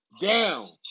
down